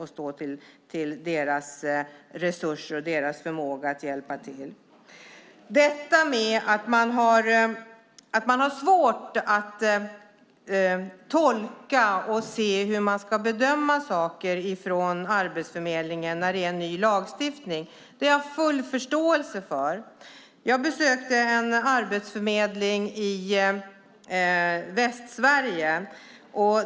Att Arbetsförmedlingen på grund av ny lagstiftning har svårt att tolka hur saker ska bedömas har jag full förståelse för. Jag besökte Arbetsförmedlingen på en ort i Västsverige.